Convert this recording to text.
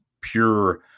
pure